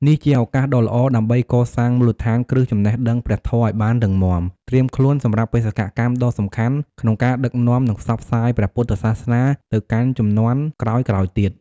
នេះជាឱកាសដ៏ល្អដើម្បីកសាងមូលដ្ឋានគ្រឹះចំណេះដឹងព្រះធម៌ឱ្យបានរឹងមាំ ត្រៀមខ្លួនសម្រាប់បេសកកម្មដ៏សំខាន់ក្នុងការដឹកនាំ និងផ្សព្វផ្សាយព្រះពុទ្ធសាសនាទៅកាន់ជំនាន់ក្រោយៗទៀត។